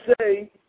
say